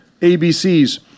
abcs